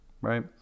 right